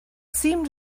seemed